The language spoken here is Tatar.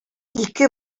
ике